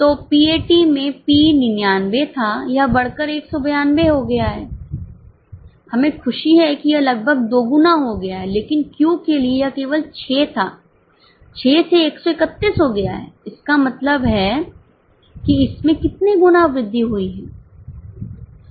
तो PAT में P 99 था यह बढ़कर 192 हो गया है हमें खुशी है कि यह लगभग दोगुना हो गया है लेकिन Q के लिए यह केवल 6 था 6 से 131 हो गया है इसका मतलब है कि इसमें कितनी गुना वृद्धि हुई है